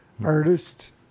artist